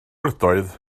ydoedd